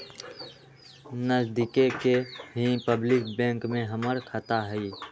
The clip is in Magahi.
नजदिके के ही पब्लिक बैंक में हमर खाता हई